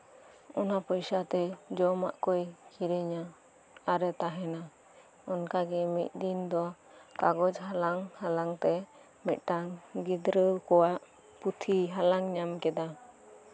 ᱚᱱᱟ ᱯᱚᱭᱥᱟᱛᱮ ᱡᱚᱢᱟᱜ ᱠᱚᱭ ᱠᱤᱨᱤᱧᱟ ᱟᱨᱮ ᱛᱟᱦᱮᱱᱟ ᱚᱱᱠᱟᱜᱮ ᱢᱤᱫ ᱫᱤᱱ ᱫᱤᱱ ᱫᱚ ᱠᱟᱜᱚᱡᱽ ᱦᱟᱞᱟᱝ ᱦᱟᱞᱟᱝᱛᱮ ᱢᱤᱫ ᱴᱟᱝ ᱜᱤᱫᱽᱨᱟᱹ ᱠᱚᱣᱟᱜ ᱯᱩᱛᱷᱤ ᱦᱟᱞᱟᱝ ᱧᱟᱢ ᱠᱮᱫᱟ